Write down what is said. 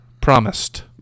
Promised